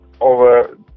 over